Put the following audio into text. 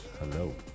Hello